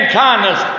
kindness